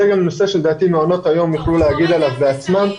זה נושא שמעונות היום יוכלו להגיב עליו בעצמם.